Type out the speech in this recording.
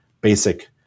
basic